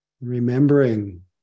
Remembering